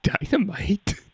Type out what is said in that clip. Dynamite